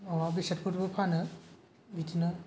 मुवा बेसादफोरबो फानो बिदिनो